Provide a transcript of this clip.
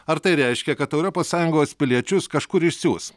ar tai reiškia kad europos sąjungos piliečius kažkur išsiųs